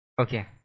Okay